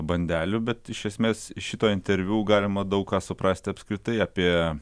bandelių bet iš esmės iš šito interviu galima daug ką suprasti apskritai apie